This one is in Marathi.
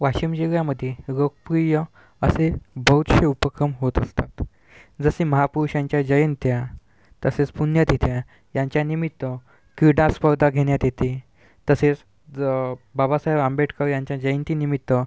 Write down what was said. वाशिम जिल्ह्यामध्ये लोकप्रिय असे बहुतसे उपक्रम होत असतात जसे महापुरुषांच्या जयंत्या तसेच पुण्यतिथ्या यांच्यानिमित्त क्रीडास्पर्धा घेण्यात येते तसेच ज बाबासाहेब आंबेडकर यांच्या जयंतीनिमित्त